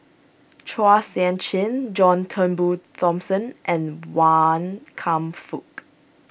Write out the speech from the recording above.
Chua Sian Chin John Turnbull Thomson and Wan Kam Fook